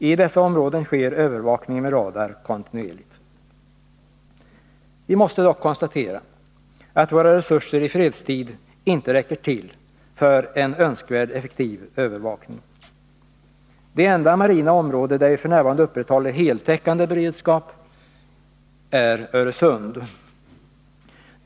I dessa områden sker övervakning med radar kontinuerligt. Vi måste dock konstatera att våra resurser i fredstid inte räcker till för en önskvärd effektiv övervakning. Det enda marina område där vi f.n. upprätthåller heltäckande beredskap är Öresund.